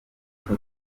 foto